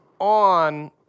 on